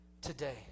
today